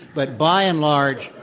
but by and large,